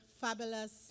fabulous